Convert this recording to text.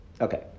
Okay